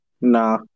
Nah